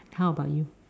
how about you